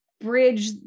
bridge